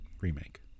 remake